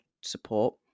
support